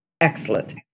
excellent